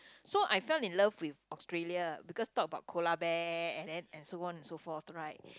so I fell in love with Australia because thought about koala bear and then and so on and so forth right